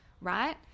right